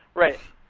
right.